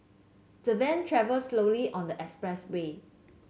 the van travelled slowly on the expressway